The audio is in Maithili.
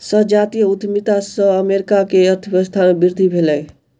संजातीय उद्यमिता से अमेरिका के अर्थव्यवस्था में वृद्धि भेलै